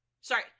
sorry